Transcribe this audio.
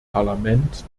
parlament